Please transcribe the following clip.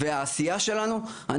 העשייה שלנו,